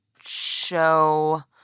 show –